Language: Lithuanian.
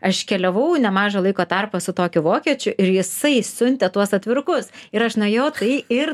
aš keliavau nemažą laiko tarpą su tokiu vokiečiu ir jisai siuntė tuos atvirukus ir aš nuėjau tai ir